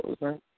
right